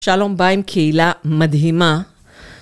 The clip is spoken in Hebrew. שלום בא עם קהילה מדהימה.